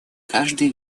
каждый